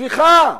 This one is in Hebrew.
סליחה,